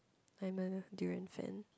never mind lah durian fan